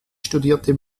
studierte